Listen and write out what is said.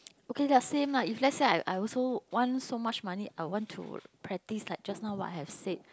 okay they're same lah if let's say I I also want so much money I want to practise like just now what I have said